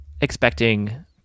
expecting